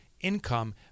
income